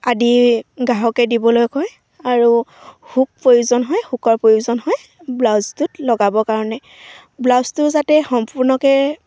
আদি গ্ৰাহকে দিবলৈ কয় আৰু হুক প্ৰয়োজন হয় হুকৰ প্ৰয়োজন হয় ব্লাউজটোত লগাবৰ কাৰণে ব্লাউজটো যাতে সম্পূৰ্ণকৈ